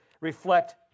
reflect